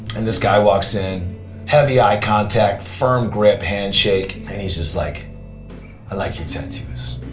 and this guy walks in heavy eye contact, firm grip handshake, and he's just like i like your tattoos.